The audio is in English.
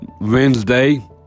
Wednesday